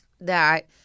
that-